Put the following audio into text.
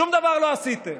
שום דבר לא עשיתם.